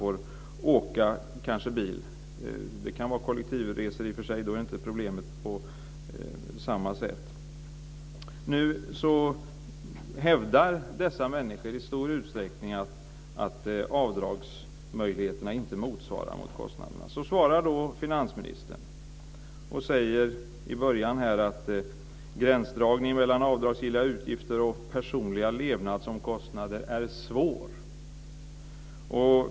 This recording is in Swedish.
Det kan i och för sig finnas kollektivtrafik. Då är det inte problem på samma sätt. Nu hävdar dessa människor i stor utsträckning att avdragsmöjligheterna inte motsvarar kostnaderna. Finansministern svarar och säger att gränsen mellan avdragsgilla utgifter och personliga levnadskostnader är svår att dra.